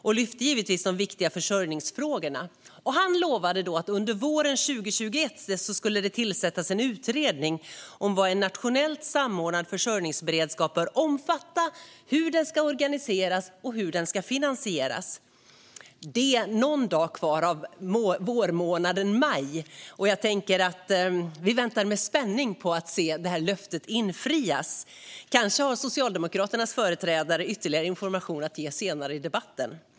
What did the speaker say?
Han lyfte då givetvis upp de viktiga försörjningsfrågorna. Han lovade att under våren 2021 skulle det tillsättas en utredning om vad en nationellt samordnad försörjningsberedskap bör omfatta och hur den ska organiseras och finansieras. Det är någon dag kvar av vårmånaden maj, så vi väntar med spänning på att detta löfte ska infrias. Kanske har Socialdemokraternas företrädare ytterligare information att ge senare i debatten.